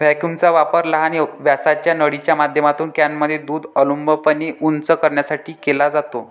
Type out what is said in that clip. व्हॅक्यूमचा वापर लहान व्यासाच्या नळीच्या माध्यमातून कॅनमध्ये दूध अनुलंबपणे उंच करण्यासाठी केला जातो